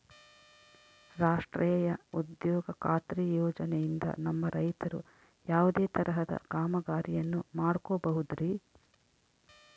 ರಾಷ್ಟ್ರೇಯ ಉದ್ಯೋಗ ಖಾತ್ರಿ ಯೋಜನೆಯಿಂದ ನಮ್ಮ ರೈತರು ಯಾವುದೇ ತರಹದ ಕಾಮಗಾರಿಯನ್ನು ಮಾಡ್ಕೋಬಹುದ್ರಿ?